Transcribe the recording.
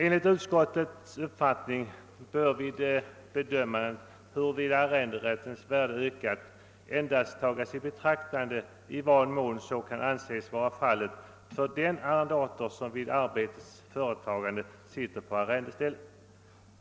Enligt utskottets uppfattning bör vid bedömandet av huruvida arrenderättens värde ökat endast tagas i betraktande i vad mån så kan anses vara fallet för den arrendator, som vid arbetets företagande sitter på arrendestället.